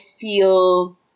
feel